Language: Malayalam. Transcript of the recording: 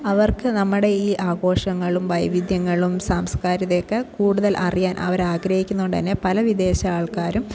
അവർക്ക് നമ്മുടെ ഈ ആഘോഷങ്ങളും വൈവിധ്യങ്ങളും സാംസ്കാരികതയൊക്കെ കൂടുതൽ അറിയാൻ അവർ ആഗ്രഹിക്കുന്നോണ്ട് തന്നെ പല വിദേശ ആൾക്കാരും